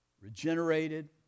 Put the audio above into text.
regenerated